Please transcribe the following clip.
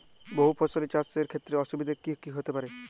বহু ফসলী চাষ এর ক্ষেত্রে অসুবিধে কী কী হতে পারে?